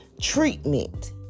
treatment